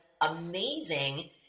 amazing